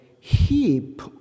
heap